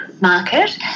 market